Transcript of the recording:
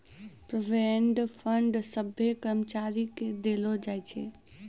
provident fund सभ्भे कर्मचारी के देलो जाय छै